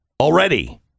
already